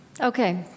Okay